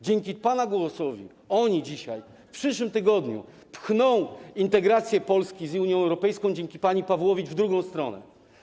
Dzięki pana głosowi dzisiaj, w przyszłym tygodniu oni pchną integrację Polski z Unią Europejską, dzięki pani Pawłowicz, w drugą stronę.